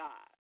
God